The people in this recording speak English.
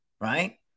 right